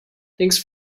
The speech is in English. thanks